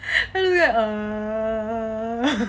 err